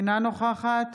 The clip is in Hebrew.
אינה נוכחת